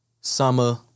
Summer